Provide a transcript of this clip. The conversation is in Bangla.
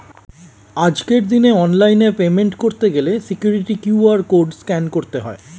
আজকের দিনে অনলাইনে পেমেন্ট করতে গেলে সিকিউরিটি কিউ.আর কোড স্ক্যান করতে হয়